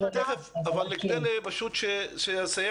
אנחנו תכף נשמע